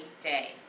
day